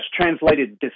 translated